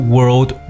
World